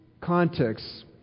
contexts